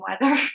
weather